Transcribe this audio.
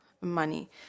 money